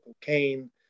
cocaine